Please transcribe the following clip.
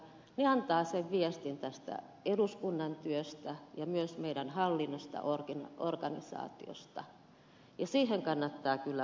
he antavat sen viestin tästä eduskunnan työstä ja myös meidän hallinnosta organisaatiosta ja siihen kannattaa kyllä panostaa